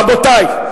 רבותי,